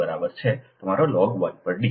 4605 બરાબર છે તમારા લોગ 1 પર ડી